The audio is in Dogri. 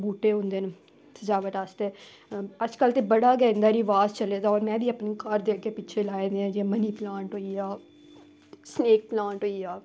बूह्टे होंदे न सजावट आस्तै अज्जकल ते बड़ा गै इं'दा रवाज चले दा होर में बी अपने घर दे अग्गें पिच्छे लाए दे आं जियां मनी प्लांट होई गेआ स्नेक प्लांट होई गेआ